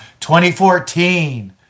2014